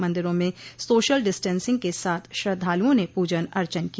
मंदिरों में social distancing के साथ श्रद्धालुओं ने पुजन अर्चन किया